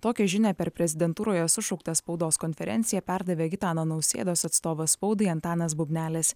tokią žinią per prezidentūroje sušauktą spaudos konferenciją perdavė gitano nausėdos atstovas spaudai antanas bubnelis